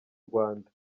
rwanda